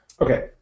Okay